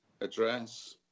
address